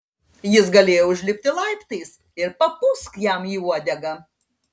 jis galėjo užlipti laiptais ir papūsk jam į uodegą